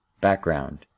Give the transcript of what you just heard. Background